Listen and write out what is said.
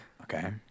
Okay